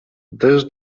this